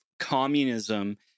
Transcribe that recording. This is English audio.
communism